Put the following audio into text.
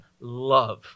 love